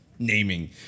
Naming